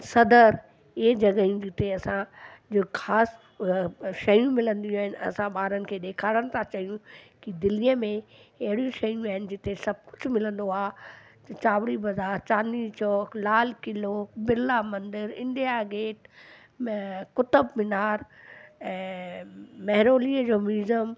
सदर इहे जॻहाइयूं जिते असां जो ख़ासि शयूं मिलंदियूं आहिनि असां ॿारनि खे ॾेखारनि था चाहियूं कि दिल्लीअ में अहिड़ी शयूं आहिनि जिते सब कुझु मिलंदो आहे हिते चावड़ी बाज़ारि चांदनी चौक लाल क़िलो बिरला मंदरु इंडिया गेट ऐं कुतुब मीनार ऐं मेहरोलीअ जो म्यूज़ियम